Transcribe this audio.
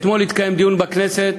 אתמול התקיים דיון בכנסת,